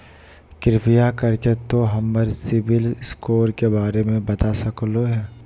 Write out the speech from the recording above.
कृपया कर के तों हमर सिबिल स्कोर के बारे में बता सकलो हें?